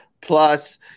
Plus